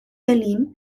berlin